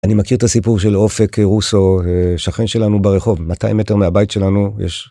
אני מכיר את הסיפור של אופק רוסו, שכן שלנו ברחוב, 200 מטר מהבית שלנו יש.